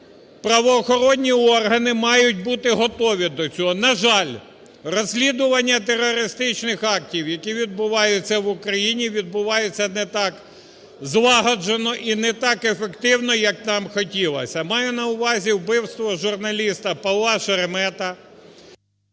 Правоохоронні органи мають бути готові до цього. На жаль, розслідування терористичних актів, які відбуваються в Україні, відбувається не так злагоджено і не так ефективно, як нам хотілося. Маю на увазі вбивство журналіста Павла Шеремета…